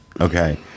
okay